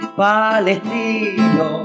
palestino